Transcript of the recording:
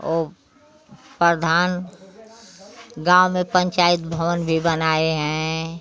वो प्रधान गाँव में पंचायत भवन भी बनाए हैं